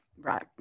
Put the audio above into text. Right